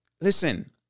Listen